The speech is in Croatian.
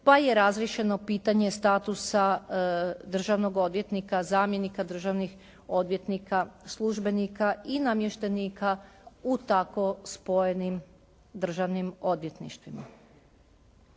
pa je razriješeno pitanje statusa državnog odvjetnika, zamjenika državnih odvjetnika, službenika i namještenika u tako spojenim državnim odvjetništvima.